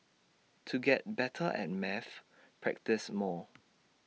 to get better at maths practise more